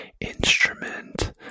instrument